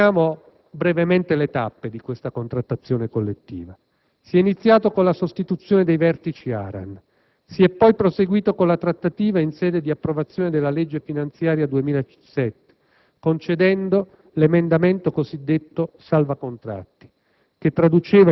Ricostruiamo brevemente le tappe di questa contrattazione permanente. Si è iniziato con la sostituzione dei vertici ARAN. Si è poi proseguito con la trattativa in sede di approvazione della legge finanziaria 2007 concedendo l'emendamento cosiddetto "salva contratti",